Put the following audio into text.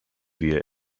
via